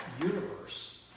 universe